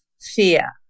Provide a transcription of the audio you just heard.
fear